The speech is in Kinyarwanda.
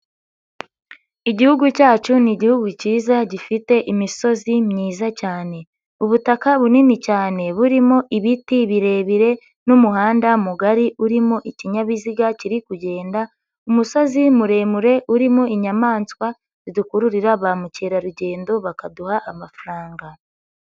Igihugu cyacu ni igihugu cyiza gifite imisozi myiza cyane. Ubutaka bunini cyane burimo ibiti birebire n'umuhanda mugari urimo ikinyabiziga kiri kugenda. Umusozi muremure urimo inyamaswa zidukururira ba mukerarugendo bakaduha amafaranga.